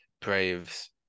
Braves